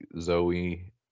Zoe